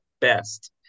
best